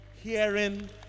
hearing